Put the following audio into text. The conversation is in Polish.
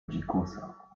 dzikusa